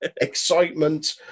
Excitement